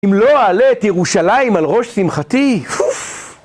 אם לא אעלה את ירושלים על ראש שמחתי, פוף!